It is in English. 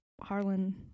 Harlan